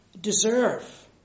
deserve